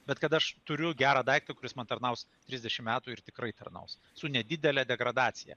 bet kad aš turiu gerą daiktą kuris man tarnaus trisdešim metų ir tikrai tarnaus su nedidele degradacija